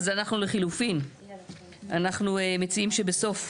אז אנחנו לחילופין מציעים שבסוף